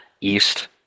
east